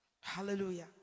hallelujah